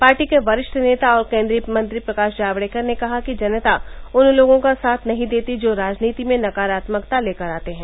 party के बरिछ नेता और केंद्रीय मंत्री प्रकाश जावडेकर ने कहा कि जनता उन लोगों का साथ नही देती जो राजनीति में नकारात्मकता लेकर आते है